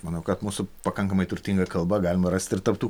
manau kad mūsų pakankamai turtinga kalba galima rasti ir tarp tų